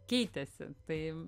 keitėsi tai